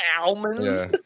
almonds